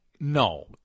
no